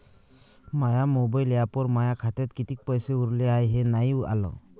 माया mobile ॲपवर माया खात्यात किती पैसे उरले हाय हे नाही आलं